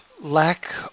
lack